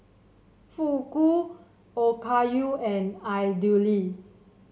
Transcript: Fugu Okayu and Idili